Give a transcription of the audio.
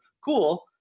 Cool